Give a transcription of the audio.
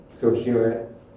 coherent